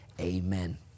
Amen